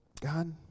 God